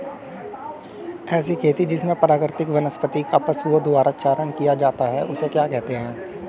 ऐसी खेती जिसमें प्राकृतिक वनस्पति का पशुओं द्वारा चारण किया जाता है उसे क्या कहते हैं?